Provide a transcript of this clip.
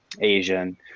Asian